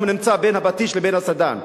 הוא נמצא בין הפטיש לבין הסדן: